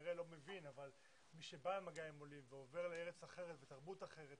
כנראה לא מבין אבל מי שבא במגע עם עולים ועובר לארץ אחרת ותרבות אחרת